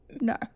no